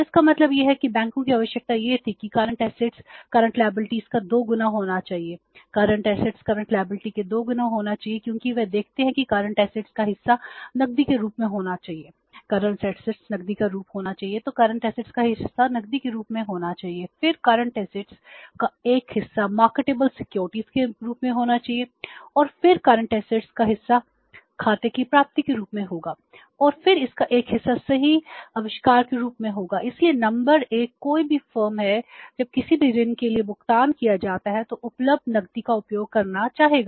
तो इसका मतलब यह है कि बैंकों की आवश्यकता यह थी कि करंट असेट्स का हिस्सा नकदी के रूप में होना चाहिए